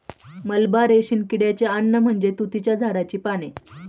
मलबा रेशीम किड्याचे अन्न म्हणजे तुतीच्या झाडाची पाने